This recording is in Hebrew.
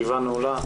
הישיבה נעולה.